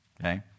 Okay